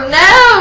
no